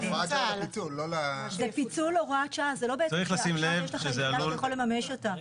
צריך לשים את זה על השולחן שמדובר פה בהקצאת זכויות